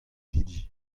hiziv